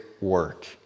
work